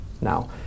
now